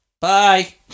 Bye